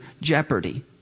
jeopardy